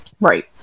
Right